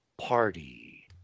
party